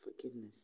forgiveness